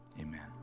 Amen